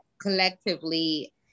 collectively